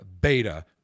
beta